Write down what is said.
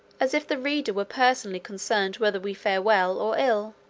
as if the readers were personally concerned whether we fare well or ill.